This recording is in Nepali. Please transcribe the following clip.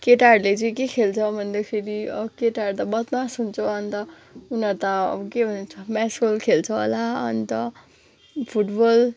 केटाहरूले चाहिँ के खेल्छ भन्दाखेरि केटाहरू त बदमास हुन्छ अन्त उनाहरू त के भन्नु मेस्कल खेल्छ होला अन्त फुटबल